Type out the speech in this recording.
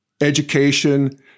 education